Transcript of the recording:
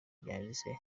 byanditse